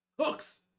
Hooks